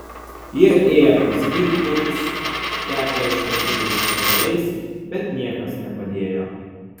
jie ėję pas gydytojus tepę išrašytais tepalais bet niekas nepadėjo